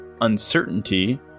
uncertainty